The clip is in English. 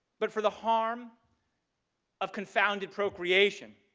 but for the harm of confounded procreation.